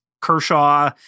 Kershaw